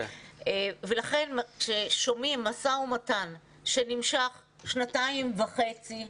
לכן כששומעים על משא-ומתן שנמשך שנתיים וחצי,